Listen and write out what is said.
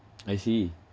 I see